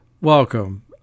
Welcome